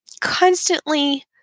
constantly